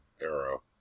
Arrow